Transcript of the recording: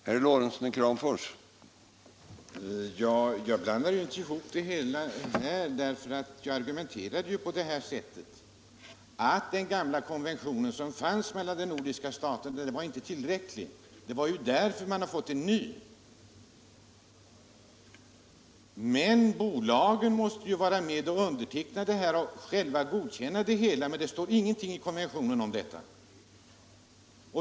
Herr talman! Jag blandar inte ihop det hela. Jag argumenterade på det här sättet: Den gamla konventionen mellan de nordiska staterna var inte tillräcklig. Det är därför man har fått en ny. Men bolagen måste vara med och underteckna och själva godkänna bestämmelserna. Det står ingenting i konventionen om detta.